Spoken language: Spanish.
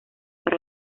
para